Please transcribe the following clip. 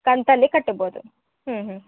ಕಂತಲ್ಲಿ ಕಟ್ಟಬೋದು ಹ್ಞೂ ಹ್ಞೂ